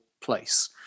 place